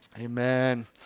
Amen